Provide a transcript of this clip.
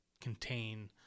contain